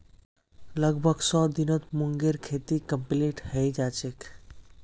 लगभग सौ दिनत मूंगेर खेती कंप्लीट हैं जाछेक